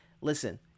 Listen